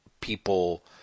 people